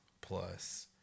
plus